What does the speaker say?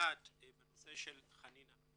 אחת בנושא של חנינה,